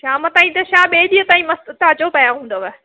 शाम ताईं त छा ॿिए ॾींहं ताईं मस्तु ताज़ो पिया हूंदव